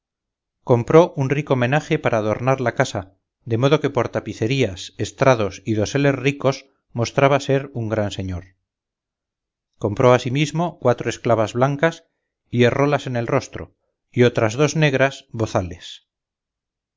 compró un rico menaje para adornar la casa de modo que por tapicerías estrados y doseles ricos mostraba ser de un gran señor compró asimismo cuatro esclavas blancas y herrólas en el rostro y otras dos negras bozales